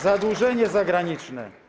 Zadłużenie zagraniczne.